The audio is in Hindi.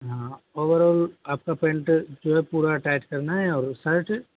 हाँ ओवरऑल आपकी पेंट जो है पूरा टाइट करना है या उस साइड से